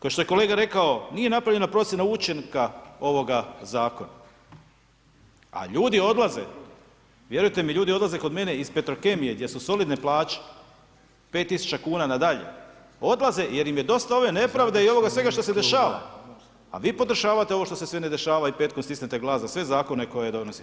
Kao što je kolega rekao, nije napravljena procjena učinka ovoga Zakona, a ljudi odlaze, vjerujte mi, ljudi odlaze kod mene iz Petrokemije gdje su solidne plaće, 5.000,00 kn na dalje, odlaze jer im je dosta ove nepravde i ovoga svega što se dešava, a vi podržavate ovo što se sve ne dešava i … [[Govornik se ne razumije]] i stisnete glas za sve Zakone koje donosi HDZ.